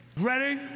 ready